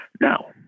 Now